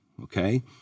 okay